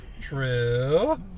True